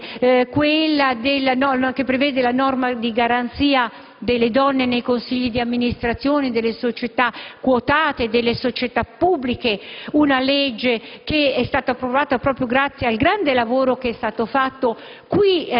che prevede una norma a garanzia della presenza delle donne nei consigli di amministrazione delle società quotate e delle società pubbliche, una legge che è stata approvata proprio grazie al grande lavoro fatto